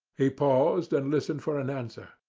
he paused and listened for an answer.